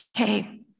Okay